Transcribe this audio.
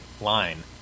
line